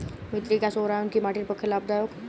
মৃত্তিকা সৌরায়ন কি মাটির পক্ষে লাভদায়ক?